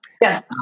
Yes